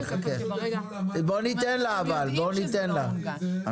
--- אבל אנחנו יודעים שזה לא מונגש.